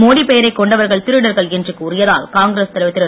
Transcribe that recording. மோடி பெயரைக் கொண்டவர்கள் திருடர்கள் என்று கூறியதால் காங்கிரஸ் தலைவர் திரு